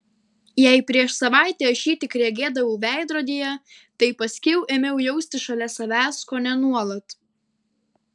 jei prieš savaitę aš jį tik regėdavau veidrodyje tai paskiau ėmiau jausti šalia savęs kone nuolat